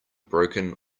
broken